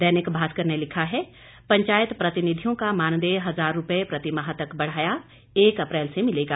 दैनिक भास्कर ने लिखा है पंचायत प्रतिनिधियों का मानदेय हजार रूपये प्रतिमाह तक बढ़ाया एक अप्रैल से मिलेगा